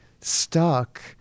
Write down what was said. stuck